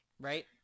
right